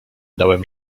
dałem